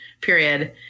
period